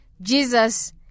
Jesus